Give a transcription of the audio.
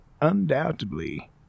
undoubtedly